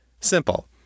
Simple